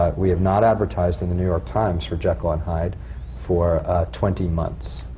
um we have not advertised in the new york times for jekyll and hyde for twenty months.